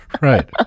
right